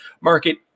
market